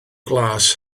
glas